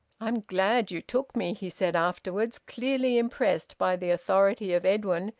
i'm glad you took me, he said afterwards, clearly impressed by the authority of edwin,